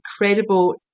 incredible